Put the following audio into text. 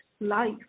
life